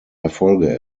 erfolge